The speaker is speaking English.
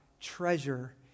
treasure